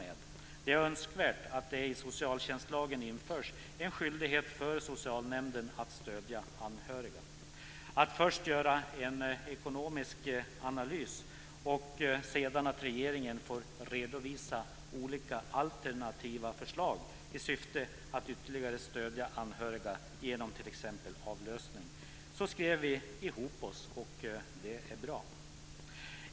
Det är önskvärt att det i socialtjänstlagen införs en skyldighet för socialnämnden att stödja anhöriga. Först ska det göras en ekonomisk analys. Sedan får regeringen redovisa olika alternativa förslag i syfte att ytterligare stödja anhöriga genom t.ex. avlösning. Så skrev vi ihop oss, och det är bra.